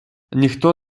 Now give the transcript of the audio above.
ніхто